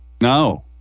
No